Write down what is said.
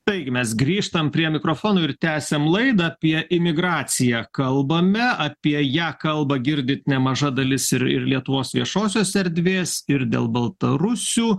taigi mes grįžtam prie mikrofono ir tęsiam laidą apie imigraciją kalbame apie ją kalba girdit nemaža dalis ir ir lietuvos viešosios erdvės ir dėl baltarusių